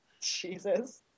Jesus